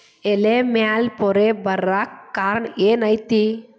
ಎಲೆ ಮ್ಯಾಲ್ ಪೊರೆ ಬರಾಕ್ ಕಾರಣ ಏನು ಐತಿ?